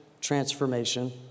transformation